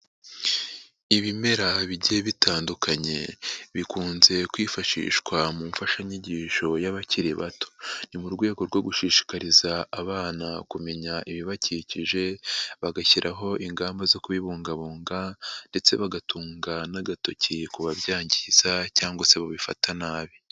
Ibimera bigiye bitandukanye bikunze kwifashishwa mu mfashanyigisho y'abakiri bato, ni mu rwego rwo gushishikariza abana kumenya ibibakikije bagashyiraho ingamba zo kubibungabunga ndetse bagatunga n'agatoki ku babyangiza cyangwa se babifata nabi.